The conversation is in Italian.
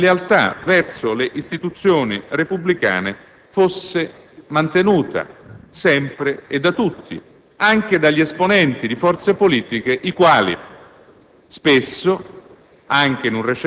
di rispetto della Corte costituzionale e di lealtà verso le istituzioni repubblicane fosse mantenuta sempre e da tutti, anche dagli esponenti di forze politiche, i quali